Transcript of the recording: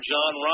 John